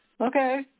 okay